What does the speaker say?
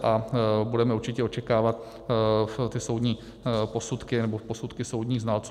A budeme určitě očekávat soudní posudky, nebo posudky soudních znalců.